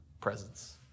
presence